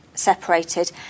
separated